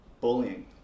bullying